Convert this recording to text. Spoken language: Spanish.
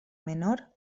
menor